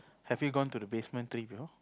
have you gone to the basement to eat before